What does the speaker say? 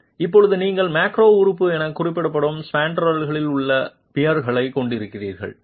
ஆனால் இப்போது நீங்கள் மேக்ரோ உறுப்பு என குறிப்பிடப்படும் ஸ்பேன்ட்ரெல்களில் உள்ள பியர்களைக் கொண்டிருக்கிறீர்கள்